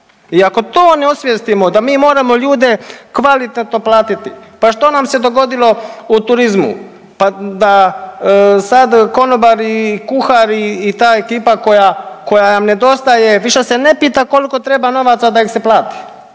I ako to ne osvijestimo da mi moramo ljude kvalitetno platiti, pa što nam se dogodilo u turizmu, pa da sad konobari i kuhari i ta ekipa koja, koja nam nedostaje više se ne pita koliko treba novaca da im se plati.